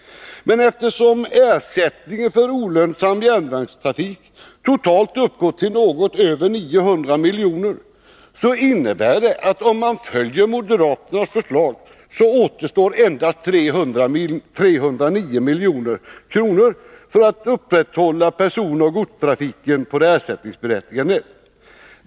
Eftersom ersättningen för olönsam järnvägstrafik totalt uppgår till något över 900 miljoner, skulle det, om man följde moderaternas förslag, innebära att endast 309 miljoner återstod för upprätthållandet av personoch godstrafiken på det ersättningsberättigade nätet.